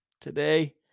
today